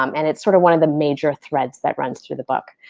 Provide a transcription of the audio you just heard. um and it's sort of one of the major threads that runs through the book.